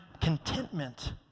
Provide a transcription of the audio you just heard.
contentment